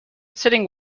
sitting